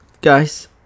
guys